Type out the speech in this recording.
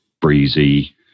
Breezy